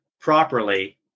properly